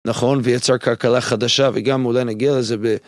נכון, ויצר כלכלה חדשה, וגם אולי נגיע לזה ב...